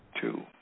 two